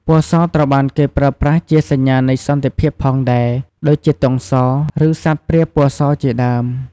ពណ៌សក៏ត្រូវបានគេប្រើប្រាស់ជាសញ្ញានៃសន្តិភាពផងដែរ ដូចជាទង់ស ឬសត្វព្រាបពណ៌សជាដើម។